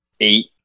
eight